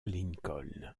lincoln